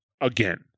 again